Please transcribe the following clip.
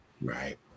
right